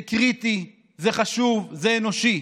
זה קריטי, זה חשוב, זה אנושי,